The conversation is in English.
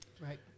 Right